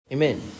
Amen